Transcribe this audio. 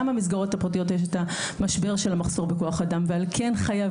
גם המסגרות הפרטיות יש את המשבר של המחסור בכוח אדם ועל כן,